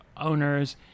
owners